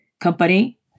company